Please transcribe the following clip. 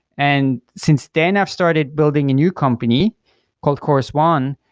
and since then, i've started building a new company called course one,